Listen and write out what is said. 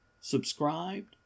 subscribed